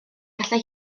gallai